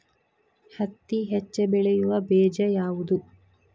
ಹತ್ತಿ ಹೆಚ್ಚ ಬೆಳೆಯುವ ಬೇಜ ಯಾವುದು?